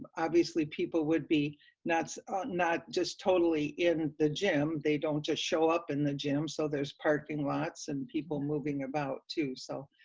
obviously, people would be not just totally in the gym. they don't just show up in the gym, so there's parking lots and people moving about, too. so,